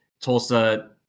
Tulsa